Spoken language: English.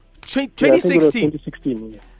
2016